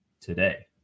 today